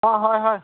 অঁ হয় হয়